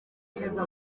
akunda